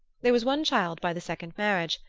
there was one child by the second marriage,